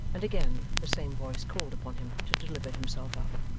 and again the same voice called upon him to deliver himself up.